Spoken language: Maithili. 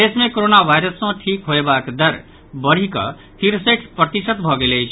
प्रदेश मे कोरोना वायरस सँ ठीक होयबाक दर बढ़िकऽ तिरसठि प्रतिशत भऽ गेल अछि